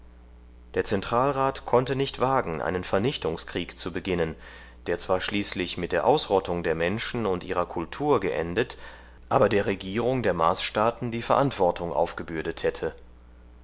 der zentralrat konnte nicht wagen einen vernichtungskrieg zu beginnen der zwar schließlich mit der ausrottung der menschen und ihrer kultur geendet aber der regierung der marsstaaten die verantwortung aufgebürdet hätte